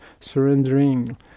surrendering